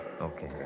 Okay